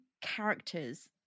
characters